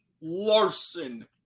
Larson